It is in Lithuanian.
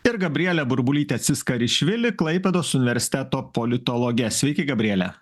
ir gabriele burbulyte tsiskarishvili klaipėdos universiteto politologe sveiki gabriele